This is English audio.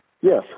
Yes